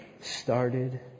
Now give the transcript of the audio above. started